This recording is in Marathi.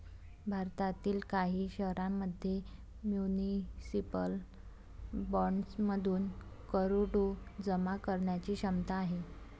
भारतातील काही शहरांमध्ये म्युनिसिपल बॉण्ड्समधून करोडो जमा करण्याची क्षमता आहे